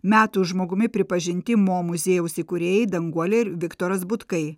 metų žmogumi pripažinti mo muziejaus įkūrėjai danguolė ir viktoras butkai